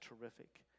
terrific